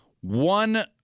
one –